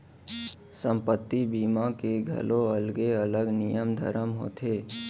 संपत्ति बीमा के घलौ अलगे अलग नियम धरम होथे